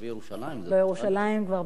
ירושלים כבר בוודאי.